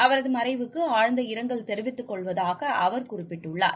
அவரது மறைவுக்கு ஆழ்நத இரங்கல் தெரிவித்துக்கொள்வதாக அவர் குறிப்பிட்டுள்ளார்